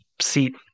seat